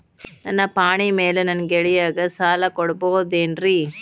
ನನ್ನ ಪಾಣಿಮ್ಯಾಲೆ ನನ್ನ ಗೆಳೆಯಗ ಸಾಲ ಕೊಡಬಹುದೇನ್ರೇ?